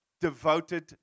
devoted